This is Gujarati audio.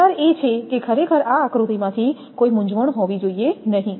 વિચાર એ છે કે ખરેખર આ આકૃતિમાંથી કોઈ મૂંઝવણ હોવી જોઈએ નહીં